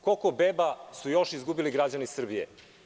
Koliko beba su još izgubili građani Srbije?